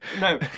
No